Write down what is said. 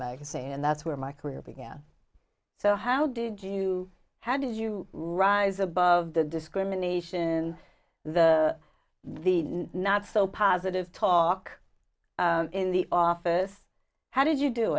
magazine and that's where my career began so how did you how did you rise above the discrimination the the not so positive talk in the office how did you do